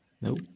Nope